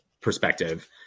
perspective